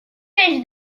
peix